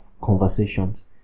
conversations